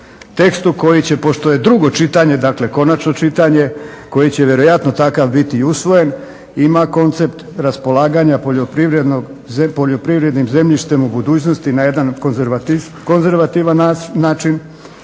tekstu koji će pošto je drugo čitanje, dakle konačno čitanje koje će vjerojatno takav biti i usvojen ima koncept raspolaganja poljoprivrednim zemljištem u budućnosti na jedan konzervativan način,